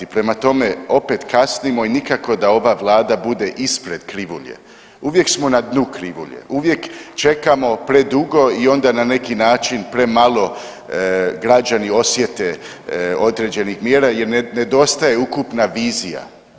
Prema tome, opet kasnimo i nikako da ova vlada bude ispred krivulje, uvijek smo na dnu krivulje, uvijek čekamo predugo i onda na neki način premalo građani osjete određenih mjera jer nedostaje ukupna vizija.